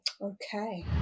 Okay